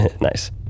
Nice